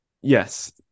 yes